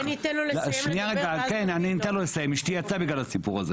אז אולי ניתן לו לסיים לדבר ואז נגיב לו.